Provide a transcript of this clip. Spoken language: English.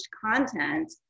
content